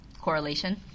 Correlation